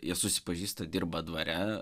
jie susipažįsta dirba dvare